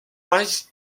base